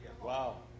Wow